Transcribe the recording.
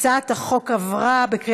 ההצעה להעביר את הצעת חוק הבטחת הכנסה (הוראת שעה ותיקוני חקיקה)